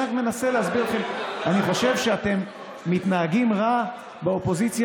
אני חושב שאתם מתנהגים רע באופוזיציה